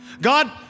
God